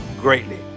greatly